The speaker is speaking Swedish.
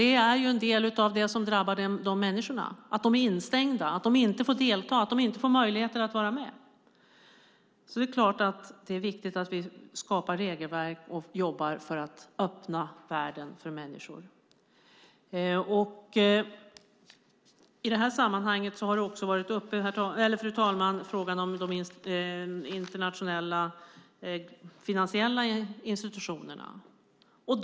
Detta är en del av vad som drabbar de här människorna. De är instängda. De får inte delta. De får inte möjligheter att vara med. Det är viktigt att vi skapar regelverk och jobbar för att öppna världen för människor. Fru talman! I detta sammanhang har också frågan om de internationella finansiella institutionerna varit uppe.